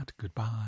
goodbye